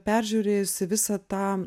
peržiūrėjusi visą tą